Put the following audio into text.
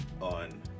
on